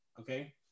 okay